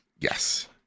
yes